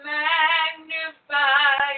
magnify